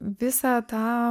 visą tą